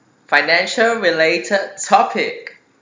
financial related topic